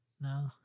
No